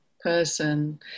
person